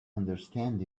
understand